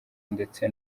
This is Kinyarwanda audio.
ndetse